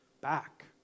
back